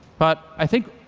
but i think